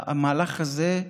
המהלך הזה,